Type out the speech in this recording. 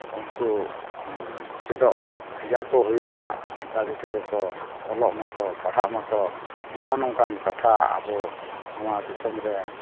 ᱩᱱᱠᱩ ᱪᱮᱫᱚᱜ ᱵᱷᱮᱡᱟ ᱠᱚ ᱦᱩᱭᱩᱜᱼᱟ ᱥᱟᱱᱛᱟᱲᱤ ᱛᱮᱜᱮ ᱠᱚ ᱚᱞᱚᱜ ᱢᱟᱠᱚ ᱯᱟᱲᱦᱟᱜ ᱢᱟᱠᱚ ᱱᱚᱜᱼᱚ ᱱᱚᱝᱠᱟᱱ ᱠᱟᱛᱷᱟ ᱟᱵᱚ ᱱᱚᱣᱟ ᱫᱤᱥᱚᱢ ᱨᱮ